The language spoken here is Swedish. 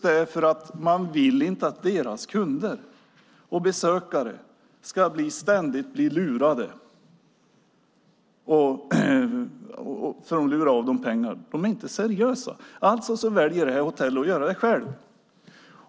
De vill inte att deras kunder och besökare ständigt ska bli lurade på pengar av de oseriösa företagen, så därför väljer hotellet denna lösning.